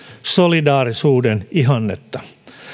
solidaarisuuden ihannetta